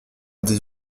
des